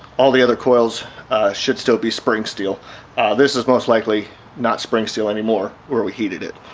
all the other coils should still be spring steel this is most likely not spring steel anymore where we heated it